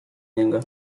niego